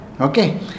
Okay